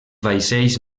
vaixells